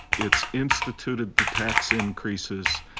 it's instituted the tax increases,